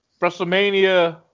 WrestleMania